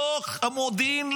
מתוך המודיעין,